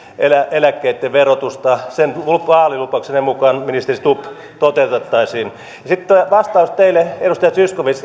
eläkkeitten verotusta sen vaalilupauksenne mukaan ministeri stubb toteutettaisiin ja sitten vastaus teille edustaja zyskowicz